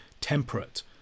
temperate